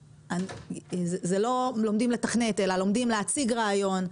לא לומדים לתכנת, אלא לומדים להציג רעיון,